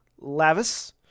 Lavis